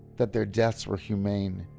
that their deaths were humane,